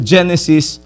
Genesis